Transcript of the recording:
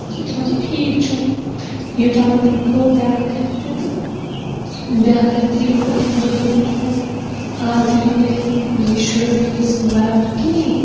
تہٕ تِمو دوٚپ ٹھیٖک چھُ یوتامَتھ گوٚو بیاکھ رٮ۪تھ تہِ تہٕ بیاکھ رٮ۪تھ تہِ ییٚلہِ ووت یِمو دوٚپ دوٚپُکھ ہُہ آز تہِ دیُت نہٕ ییٚلہِ شُریو فیٖس برابر کِہینۍ